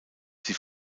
sie